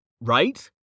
right